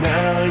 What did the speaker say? Now